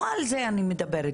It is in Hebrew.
לא על זה אני מדברת.